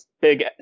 big